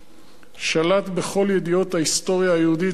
שלט בכל ידיעות ההיסטוריה היהודית וארץ-ישראל.